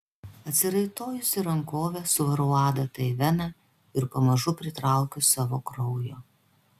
atsiraitojusi rankovę suvarau adatą į veną ir pamažu pritraukiu savo kraujo